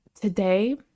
Today